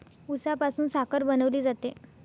उसापासून साखर बनवली जाते